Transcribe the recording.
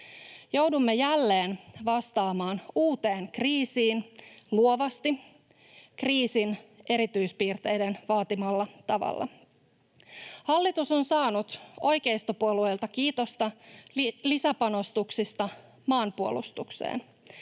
Joudumme jälleen vastaamaan uuteen kriisiin luovasti, kriisin erityispiirteiden vaatimalla tavalla. Hallitus on saanut oikeistopuolueilta kiitosta lisäpanostuksista maanpuolustukseen.